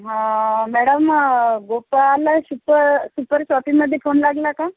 हां मॅडम गोपाला शुप सुपर शॉपीमध्ये फोन लागला का